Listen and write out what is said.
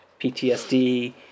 PTSD